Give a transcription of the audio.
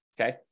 okay